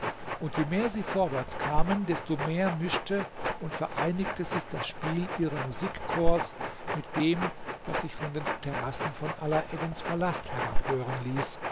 und je mehr sie vorwärts kamen desto mehr mischte und vereinigte sich das spiel ihrer musikchors mit dem das sich von den terrassen von alaeddins palast herab hören ließ